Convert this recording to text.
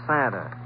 Santa